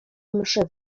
mszy